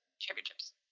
championships